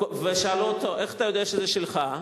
שאלו אותו: איך אתה יודע שזה שלך?